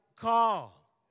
call